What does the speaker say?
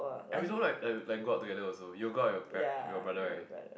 and we don't like like like go out together also you'll go out with your par~ your brother right